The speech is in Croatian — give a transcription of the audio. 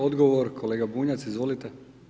Odgovor kolega Bunjac, izvolite.